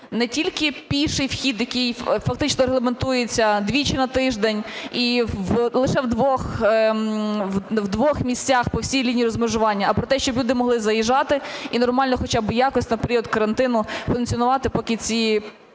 не тільки піший вхід, який фактично регламентується двічі на тиждень і лише в двох місцях по всій лінії розмежування, а про те, щоб люди могли заїжджати і нормально хоча б якось на період карантину функціонувати, поки ці